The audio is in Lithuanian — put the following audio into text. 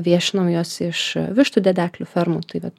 viešinam juos iš vištų dedeklių fermų taip vat